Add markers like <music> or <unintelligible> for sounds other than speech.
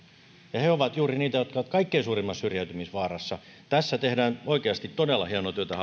ja he ovat juuri niitä jotka ovat kaikkein suurimmassa syrjäytymisvaarassa tässä tehdään oikeasti todella hienoa työtä <unintelligible>